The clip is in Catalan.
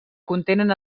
contenen